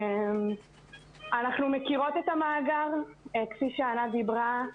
אנחנו מכירות את המאגר כפי שענת דיברה.